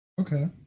Okay